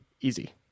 easy